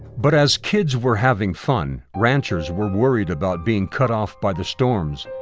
but as kids were having fun, ranchers were worried about being cut off by the storms,